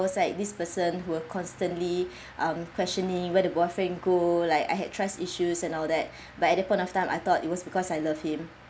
was like this person who were constantly um questioning where the boyfriend go like I had trust issues and all that but at the point of time I thought it was because I love him